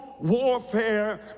warfare